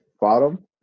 Bottom